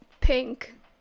Pink